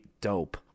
dope